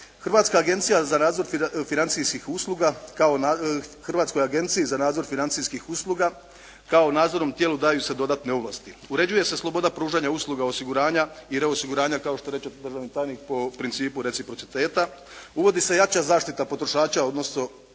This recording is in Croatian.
Hrvatskoj agenciji za nadzor financijskih usluga kao nadzornom tijelu daju se dodatne ovlasti. Uređuje se sloboda pružanja usluga osiguranja i reosiguranja kao što reče državni tajnik po principu reciprociteta. Uvodi se jača zaštita potrošača odnosno